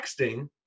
texting